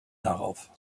darauf